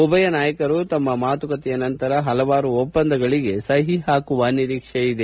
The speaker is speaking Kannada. ಉಭಯ ನಾಯಕರು ತಮ್ಮ ಮಾತುಕತೆಯ ನಂತರ ಹಲವಾರು ಒಪ್ಪಂದಗಳಿಗೆ ಸಹಿ ಹಾಕುವ ನಿರೀಕ್ಷೆಯಿದೆ